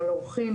על אורחים,